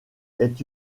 est